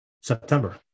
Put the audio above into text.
September